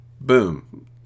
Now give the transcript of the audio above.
Boom